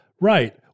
right